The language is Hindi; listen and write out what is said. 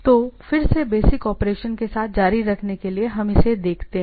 तो फिर से बेसिक ऑपरेशन के साथ जारी रखने के लिए हम इसे देखते हैं